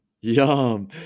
Yum